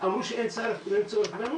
אמרו שאין צורך בנו,